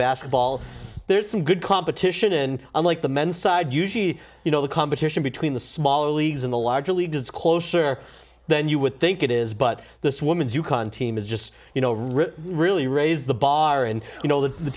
basketball there's some good competition in unlike the men's side usually you know the competition between the smaller leagues in the large really does closer than you would think it is but this woman's yukon team is just you know really really raise the bar and you know the t